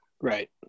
Right